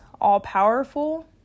all-powerful